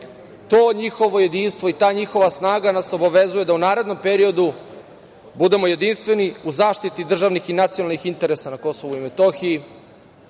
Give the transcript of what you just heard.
njihovo jedinstvo i ta njihova snaga nas obavezuje da u narednom periodu budemo jedinstveni u zaštiti državnih i nacionalnih interesa na Kosovu i Metohiji,